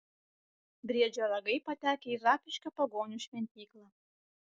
briedžio ragai patekę į zapyškio pagonių šventyklą